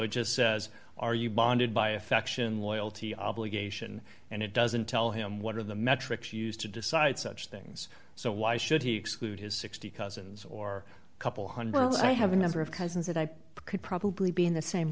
it just says are you bonded by affection loyalty obligation and it doesn't tell him what are the metrics used to decide such things so why should he exclude his sixty cousins or couple one hundred i have a number of cousins that i could probably be in the same